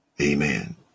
Amen